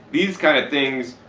these kind of things,